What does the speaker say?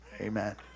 Amen